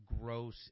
gross